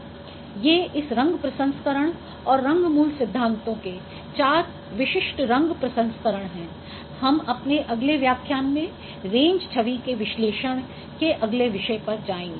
ये इस रंग प्रसंस्करण और रंग मूल सिद्धांतों के चार विशिष्ट रंग प्रसंस्करण हैं हम अपने अगले व्याख्यान में रेंज छवि के विश्लेषण के अगले विषय पर जाएंगे